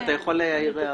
אבל אתה יכול להעיר הערה.